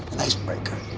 icebreaker,